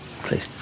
Please